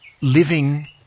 living